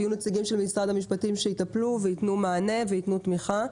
ויהיו נציגים של משרד המשפטים שיטפלו וייתנו מענה וייתנו תמיכה.